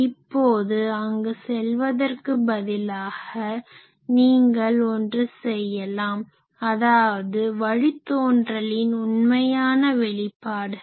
இப்போது அங்கு செல்வதற்கு பதிலாக நீங்கள் ஒன்று செய்யலாம் அதாவது வழித்தோன்றலின் உண்மையான வெளிப்பாடுகள்